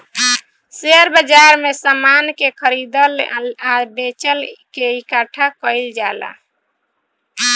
share बाजार में समान के खरीदल आ बेचल के इकठ्ठा कईल जाला